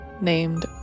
named